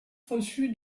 reçut